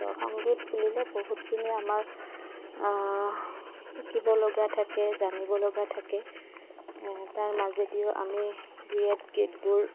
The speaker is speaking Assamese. তো সংগীত বুলিলে বহুতখিনি আমাৰ শিকিব লগা থাকে জানিব লগা থাকে তাৰ মাজেদিও আমি ডুৱেট গীতবোৰ